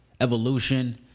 evolution